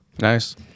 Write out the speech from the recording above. Nice